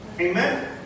Amen